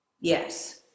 Yes